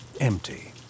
Empty